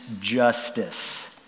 justice